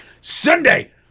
Sunday